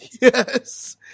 Yes